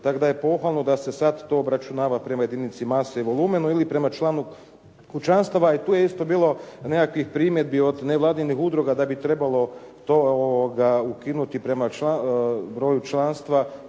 Tako da je pohvalno da se to sada obračunava prema jedinici mase ili volumenu ili prema članu kućanstava. I tu je isto bilo nekakvih primjedbi od nevladinih udruga da bi trebalo to ukinuti prema broju članstva